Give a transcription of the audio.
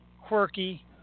Quirky